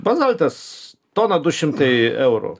bazaltas tona du šimtai eurų